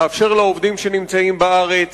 לאפשר לעובדים שנמצאים בארץ